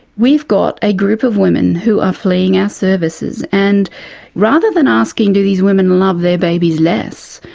we've got a group of women who are fleeing our services, and rather than asking, do these women love their babies less,